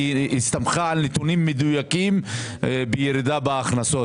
הסתמכה על נתונים מדויקים בירידה בהכנסות,